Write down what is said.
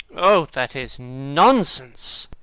oh, that is nonsense!